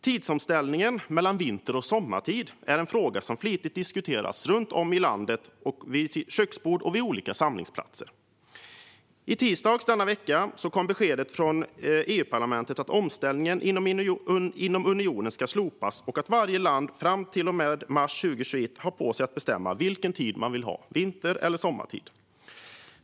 Tidsomställningen mellan vinter och sommartid är en fråga som flitigt diskuteras runt om i landet, vid köksbord och vid olika samlingsplatser. I tisdags denna vecka kom beskedet från EU-parlamentet att tidsomställningen inom unionen ska slopas och att varje land har fram till mars 2021 på sig att bestämma vilken tid man vill ha, vinter eller sommartid.